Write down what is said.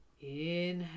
inhale